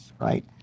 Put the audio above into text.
right